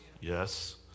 Yes